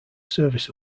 service